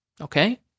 Okay